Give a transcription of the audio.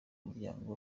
muryango